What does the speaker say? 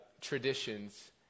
traditions